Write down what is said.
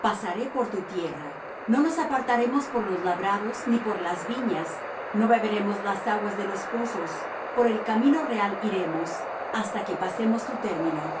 pasaré por tu tierra no nos apartaremos por los labrados ni por las viñas no beberemos las aguas de los pozos por el camino real iremos hasta que pasemos tu término